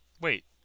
Wait